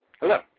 Hello